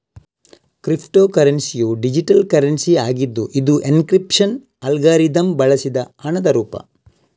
crypto ಕರೆನ್ಸಿಯು digital currency ಆಗಿದ್ದು ಇದು ಎನ್ಕ್ರಿಪ್ಶನ್ ಅಲ್ಗಾರಿದಮ್ ಬಳಸಿದ ಹಣದ ರೂಪ